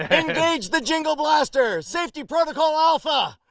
and engage the jingle blaster! safety protocol alpha!